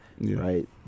right